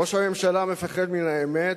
ראש הממשלה מפחד מן האמת,